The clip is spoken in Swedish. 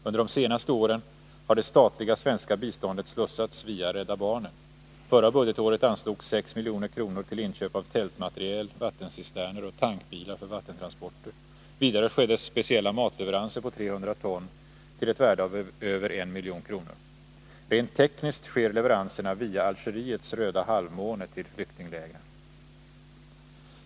Under de senaste åren har det statliga svenska biståndet slussats via Rädda barnen. Förra budgetåret anslogs 6 milj.kr. till inköp av tältmateriel, vattencisterner och tankbilar för vattentransporter. Vidare skedde speciella matleveranser på 300 ton till ett värde av över 1 milj.kr. Rent tekniskt sker leveranserna via Algeriets Röda halvmånen till flyktinglägren.